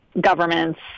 governments